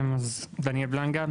דניאל בלנגה,